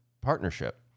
partnership